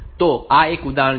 તો આ એક ઉદાહરણ છે